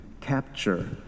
capture